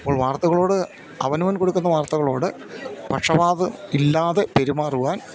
അപ്പോൾ വാർത്തകളോട് അവനവൻ കൊടുക്കുന്ന വാർത്തകളോട് പക്ഷപാതമില്ലാതെ പെരുമാറുവാൻ